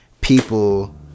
People